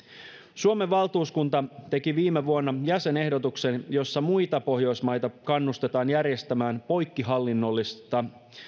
suomen valtuuskunta teki viime vuonna jäsenehdotuksen jossa muita pohjoismaita kannustetaan järjestämään poikkihallinnollista